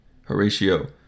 Horatio